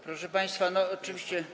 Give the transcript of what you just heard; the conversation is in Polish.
Proszę państwa, oczywiście.